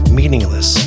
meaningless